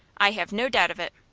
i have no doubt of it.